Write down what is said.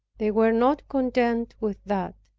they were not content with that.